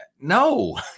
no